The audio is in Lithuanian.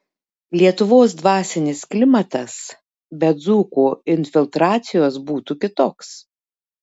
lietuvos dvasinis klimatas be dzūkų infiltracijos būtų kitoks